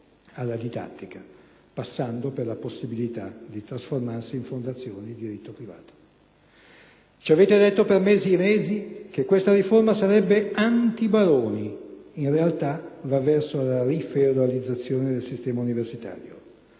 alla didattica, passando per la possibilità di trasformarsi in fondazioni di diritto privato. Ci avete detto per mesi e mesi che questa riforma sarebbe "anti‑baroni", in realtà, va verso la rifeudalizzazione del sistema universitario.